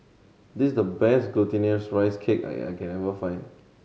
this is the best Glutinous Rice Cake I can find